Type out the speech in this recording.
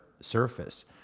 Surface